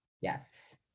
yes